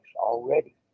already